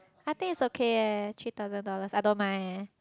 I think it's okay leh three thousand dollars I don't mind leh